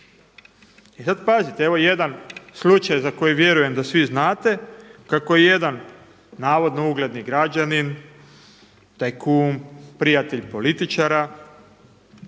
I sada pazite, evo jedan slučaj za koji vjerujem da svi znate, kako je jedan navodno ugledni građanin, tajkun, prijatelj političara